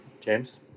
James